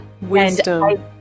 wisdom